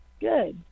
Good